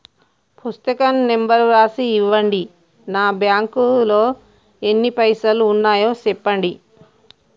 పుస్తకం నెంబరు రాసి ఇవ్వండి? నా బ్యాంకు లో ఎన్ని పైసలు ఉన్నాయో చెప్పండి?